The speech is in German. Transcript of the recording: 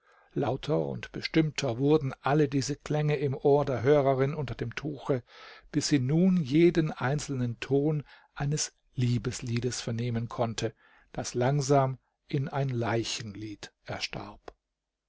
lauter und bestimmter wurden alle diese klänge im ohr der hörerin unter dem tuche bis sie nun jeden einzelnen ton eines liebesliedes vernehmen konnte das langsam in ein leichenlied erstarb